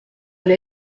elle